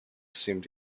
seemed